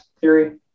theory